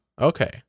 Okay